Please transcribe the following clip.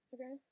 Okay